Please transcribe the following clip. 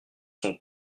sont